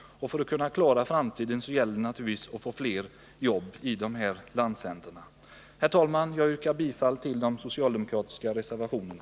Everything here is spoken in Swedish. Herr talman! Jag yrkar bifall till de socialdemokratiska reservationerna.